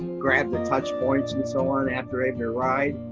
grab the touch points and so on after every ride.